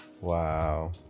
Wow